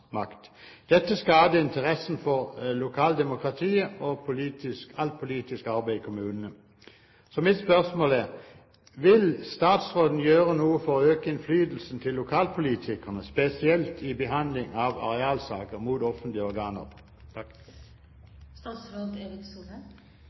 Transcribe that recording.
interessen for lokaldemokratiet og alt politisk arbeid i kommunene. Så mitt spørsmål er: Vil statsråden gjøre noe for å øke innflytelsen til lokalpolitikerne, spesielt i behandlingen av arealsaker, mot offentlige organer?